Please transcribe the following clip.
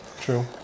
True